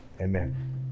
Amen